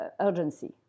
urgency